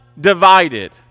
divided